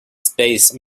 space